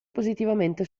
positivamente